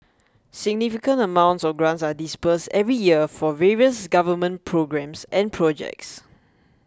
significant amounts of grants are disbursed every year for various government programmes and projects